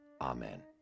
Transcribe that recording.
Amen